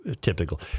typical